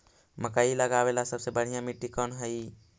मकई लगावेला सबसे बढ़िया मिट्टी कौन हैइ?